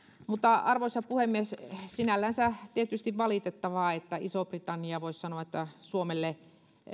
arvoisa puhemies sinällänsä on tietysti valitettavaa että iso britannia eroaa voisi sanoa että suomen kanssa